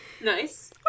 Nice